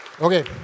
Okay